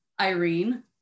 Irene